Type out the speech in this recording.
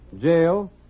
jail